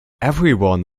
everyone